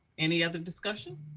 any other discussion?